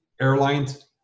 airlines